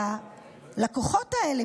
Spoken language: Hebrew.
והלקוחות האלה,